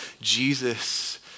Jesus